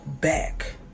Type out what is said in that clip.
back